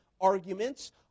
arguments